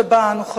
שבה אנו חיים.